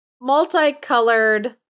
multicolored